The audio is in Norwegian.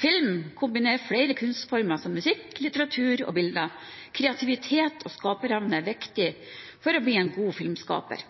Film kombinerer flere kunstformer som musikk, litteratur og bilder. Kreativitet og skaperevne er viktig for å bli en god filmskaper.